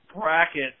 Bracket